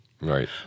Right